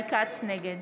נגד